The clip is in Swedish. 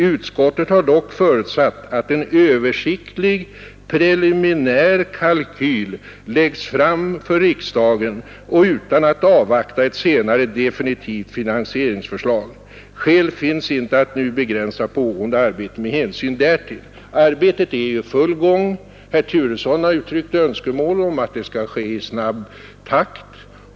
Utskottet har dock förutsatt att en översiktlig, preliminär kalkyl läggs fram för riksdagen och utan att avvakta ett senare definitivt finansieringsförslag. Skäl finns inte att nu begränsa pågående arbete med hänsyn härtill.” Arbetet är i full gång. Herr Turesson har uttryckt önskemål om att det skall ske i snabb takt.